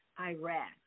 Iraq